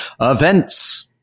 events